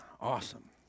awesome